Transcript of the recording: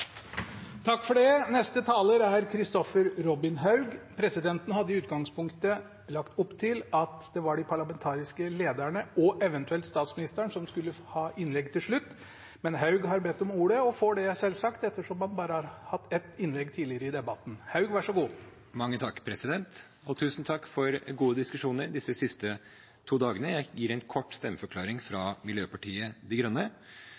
Neste taler er Kristoffer Robin Haug. Presidenten hadde i utgangspunktet lagt opp til at det var de parlamentariske lederne og eventuelt statsministeren som skulle ha innlegg til slutt, men Haug har bedt om ordet og får det, selvsagt, ettersom han bare har hatt ett innlegg tidligere i debatten. Tusen takk for gode diskusjoner disse siste to dagene. Jeg gir en kort stemmeforklaring fra Miljøpartiet De Grønne: